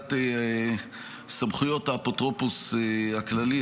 בסוגיית סמכויות האפוטרופוס הכללי.